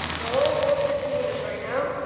the whole world is seeing this right now.